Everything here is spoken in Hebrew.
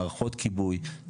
מערכות כיבוי,